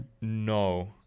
No